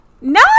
No